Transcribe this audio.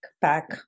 back